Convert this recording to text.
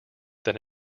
than